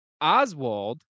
Oswald